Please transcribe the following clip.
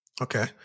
Okay